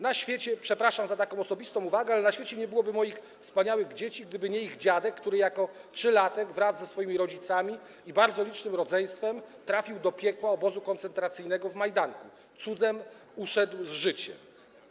Na świecie - przepraszam za taką osobistą uwagę - nie byłoby moich wspaniałych dzieci, gdyby nie ich dziadek, który jako trzylatek wraz ze swoimi rodzicami i bardzo licznym rodzeństwem trafił do piekła obozu koncentracyjnego w Majdanku, cudem uszedł z życiem.